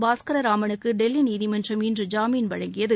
பாஸ்கரராமனுக்கு டெல்லி நீதிமன்றம் இன்று ஜாமீன் வழங்கியது